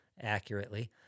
accurately